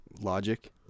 Logic